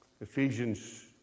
Ephesians